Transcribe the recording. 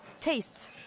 tastes